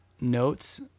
notes